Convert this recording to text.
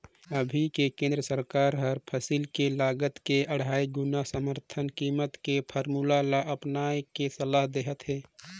अभी के केन्द्र सरकार हर फसिल के लागत के अढ़ाई गुना समरथन कीमत के फारमुला ल अपनाए के सलाह देहत हे